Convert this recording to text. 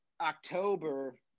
october